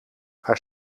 haar